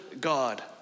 God